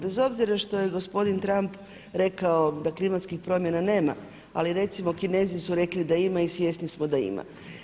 Bez obzira što je gospodin Trump rekao da klimatskih promjena nema, ali recimo Kinezi su rekli da ima i svjesni smo da ima.